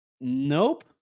nope